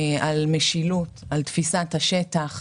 על משילות, על תפיסת השטח.